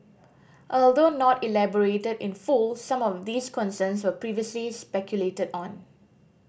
although not elaborated in full some of these concerns were previously speculated on